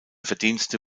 verdienste